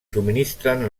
subministren